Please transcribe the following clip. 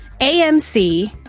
AMC